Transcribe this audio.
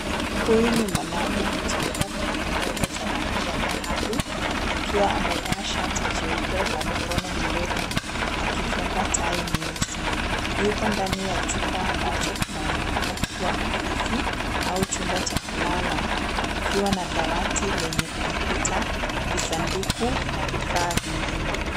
Huyu ni mwanaume mchanga mwenye nywele za rangi ya dhahabu akiwa amevaa shati jeupe la mikono mirefu akifunga tai nyeusi. Yuko ndani ya chumba ambacho kinaonekana kuwa ofisi au chumba cha kulala kukiwa na dawati lenye kompyuta, visanduku na vifaa vingine.